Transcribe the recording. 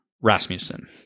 Rasmussen